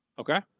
Okay